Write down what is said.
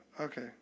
Okay